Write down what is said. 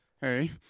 Hey